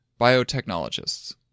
biotechnologists